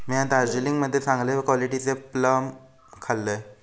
म्या दार्जिलिंग मध्ये चांगले क्वालिटीचे प्लम खाल्लंय